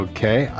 Okay